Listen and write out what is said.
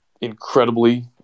incredibly